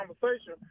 conversation